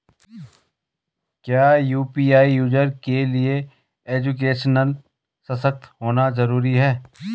क्या UPI user के लिए एजुकेशनल सशक्त होना जरूरी है?